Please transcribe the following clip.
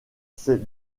ces